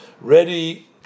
ready